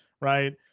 right